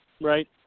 right